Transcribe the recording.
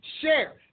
share